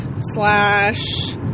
slash